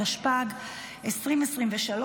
התשפ"ג 2023,